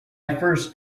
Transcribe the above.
first